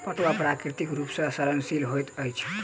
पटुआ प्राकृतिक रूप सॅ सड़नशील होइत अछि